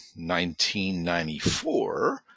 1994